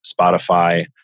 Spotify